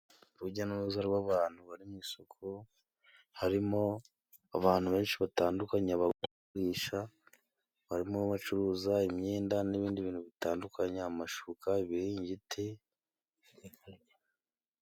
Urujya n'uruza rw'abantu bari mu isoko harimo abantu benshi batandukanye bagurisha. Barimo bacuruza imyenda n'ibindi bintu bitandukanye amashuka ibiringiti.